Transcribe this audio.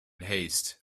haste